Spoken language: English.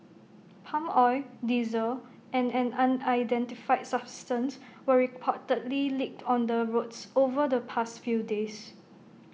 palm oil diesel and an unidentified substance were reportedly leaked on the roads over the past few days